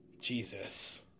Jesus